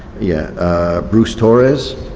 yeah ah bruce torres,